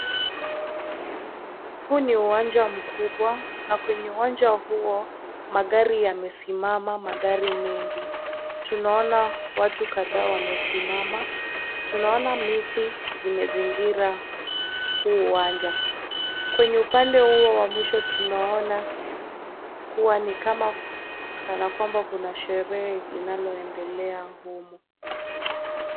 Huu ni uwanja mkubwa ,na kwenye uwanja huo magari mengi yamesimama . Tunaona watu kadhaa wamesimama . Tunaona miti imezingira huo uwanja. Kwenye upande huo wa mwisho tunaona ni kanakwamba kuna sherehe inayoendelea humo .